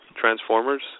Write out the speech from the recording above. Transformers